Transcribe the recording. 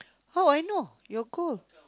how would I know your goal